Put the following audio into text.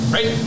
Right